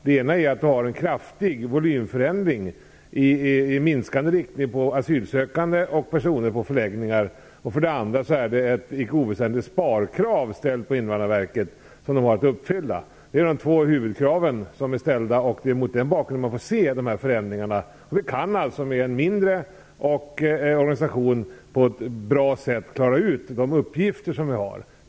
Det ena är att vi har en kraftig minskning av antalet asylsökande och personer på förläggningar. Det andra är att det har ställts ett icke oväsentligt sparkrav på Invandrarverket och att verket har att uppfylla detta. Det är de två huvudskälen, och det är mot den bakgrunden man skall se förändringarna. Vi kan alltså lösa de uppgifter som vi har på ett bra sätt med en mindre organisation.